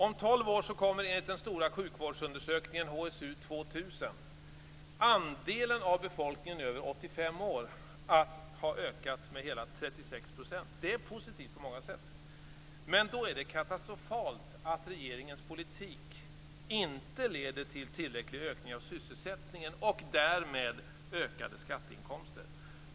Om tolv år kommer, enligt den stora sjukvårdsundersökningen HSU 2000, andelen av befolkningen över 85 år att ha ökat med 36 %. Det är positivt på många sätt, men då är det katastrofalt att regeringens politik inte leder till tillräckligt ökad sysselsättning och därmed ökade skatteinkomster.